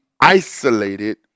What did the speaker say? isolated